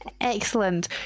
Excellent